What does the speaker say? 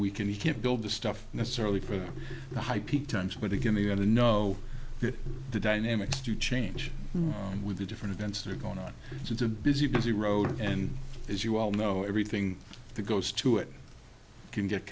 we can you can't build the stuff necessarily for the high peak times but again they're going to know the dynamics to change with the different events that are going on it's a busy busy road and as you all know everything that goes to it can get